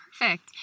Perfect